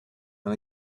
and